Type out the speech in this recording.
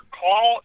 call